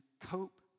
cope